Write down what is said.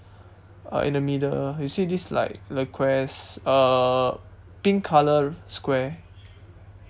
uh in the middle you see this like le quest uh pink colour square